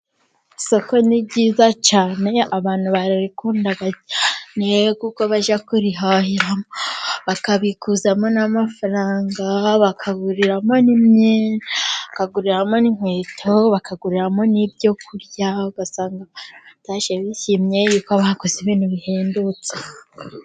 Isoko ni ryiza cyane abantu bararikunda cyane, kuko bajya kurihahiramo bakabikuzamo n'amafaranga, bakaguriramo n'imyenda, bakaguriramo n'inkweto, bakaguriramo n'ibyo kurya. Ugasanga batashye bishimye kuko baguze ibintu bihendutse.